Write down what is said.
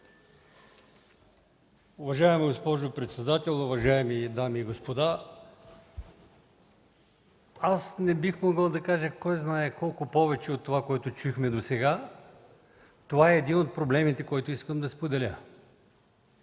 Уважаема госпожо председател, уважаеми дами и господа! Аз не бих могъл да кажа кой знае колко повече от това, което чухме досега. Това е един от проблемите, който искам да споделя.